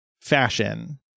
fashion